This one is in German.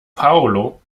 paulo